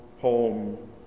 home